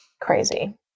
crazy